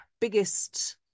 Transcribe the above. biggest